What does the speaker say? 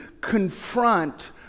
confront